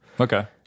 Okay